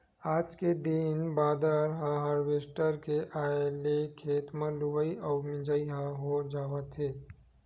आज के दिन बादर म हारवेस्टर के आए ले खेते म लुवई अउ मिजई ह हो जावत हे